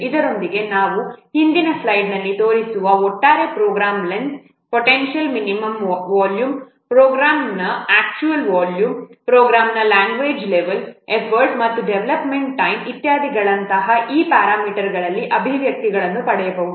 ಇದರೊಂದಿಗೆ ನಾವು ಹಿಂದಿನ ಸ್ಲೈಡ್ನಲ್ಲಿ ತೋರಿಸಿರುವ ಒಟ್ಟಾರೆ program length potential minimum volume ಪ್ರೋಗ್ರಾಂನ ಆಕ್ಚವಲ್ ವಾಲ್ಯೂಮ್ ಪ್ರೋಗ್ರಾಂನ ಲ್ಯಾಂಗ್ವೇಜ್ ಲೆವೆಲ್ ಎಫರ್ಟ್ ಮತ್ತು ಡೆವಲಪ್ಮೆಂಟ್ ಟೈಮ್ ಇತ್ಯಾದಿಗಳಂತಹ ಈ ಪ್ಯಾರಾಮೀಟರ್ಗಳಿಗೆ ಅಭಿವ್ಯಕ್ತಿಗಳನ್ನು ಪಡೆಯಬಹುದು